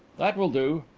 that will do.